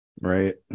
Right